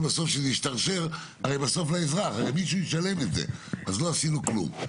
שבסוף זה ישתרשר לאזרח, אחרת לא עשינו כלום.